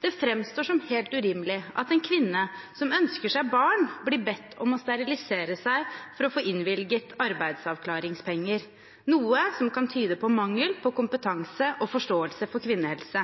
Det framstår som helt urimelig at en kvinne som ønsker seg barn, blir bedt om å sterilisere seg for å få innvilget arbeidsavklaringspenger, noe som kan tyde på mangel på kompetanse og forståelse for kvinnehelse.